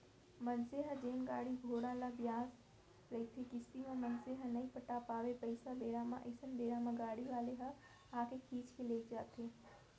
मनसे ह जेन गाड़ी घोड़ा ल बिसाय रहिथे किस्ती म मनसे ह नइ पटा पावय पइसा बेरा म अइसन बेरा म गाड़ी वाले ह आके खींच के लेग जाथे